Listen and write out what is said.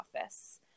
office